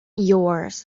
yours